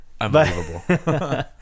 Unbelievable